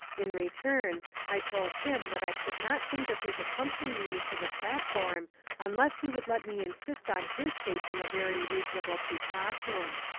in return i told him that i could not think of his accompanying me to the platform unless he would let me insist on his taking a very reasonable precaution.